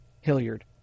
Hilliard